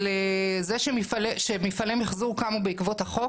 זה שמפעלי מחזור קמו בעקבות החוק.